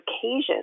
occasions